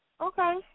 Okay